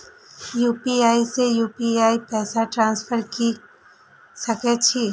UPI से UPI पैसा transfer की सके छी?